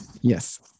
Yes